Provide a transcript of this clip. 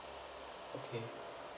okay